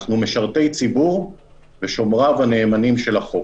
אנחנו משרתי ציבור ושומריו הנאמנים של החוק,